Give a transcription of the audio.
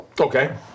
Okay